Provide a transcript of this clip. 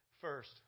First